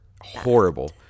horrible